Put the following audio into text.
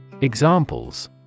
Examples